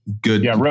good